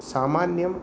सामान्यम्